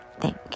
Thank